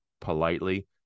politely